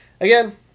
again